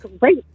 great